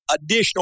additional